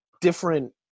different